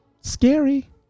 Scary